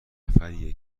نفریه